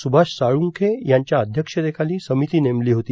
सुभाष साळूंखे यांच्या अध्यक्षतेखाली समिती नेमली होती